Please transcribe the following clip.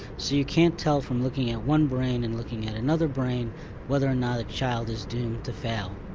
so you can't tell from looking at one brain and looking at another brain whether or not a child is doomed to fail.